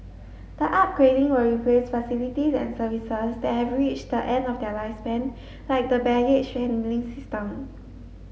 the upgrading will replace facilities and services that have reached the end of their lifespan like the baggage handling system